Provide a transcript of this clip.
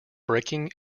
braking